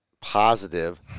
positive